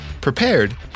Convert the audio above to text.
prepared